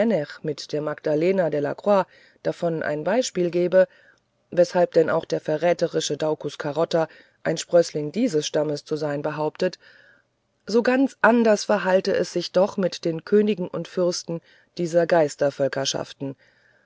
mit der magdalena de la croix davon ein beispiel gebe weshalb denn auch der verräterische daucus carota ein sprößling dieses stammes zu sein behauptet so ganz anders verhalte es sich doch mit den königen und fürsten dieser